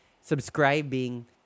subscribing